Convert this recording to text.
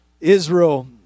Israel